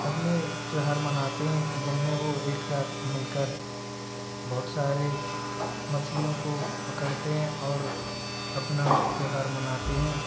अपने त्यौहार मनाते हैं जिनमें वो एक साथ मिलकर बहुत सारे मछलियों को पकड़ते हैं और अपना त्योहार मनाते हैं